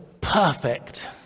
perfect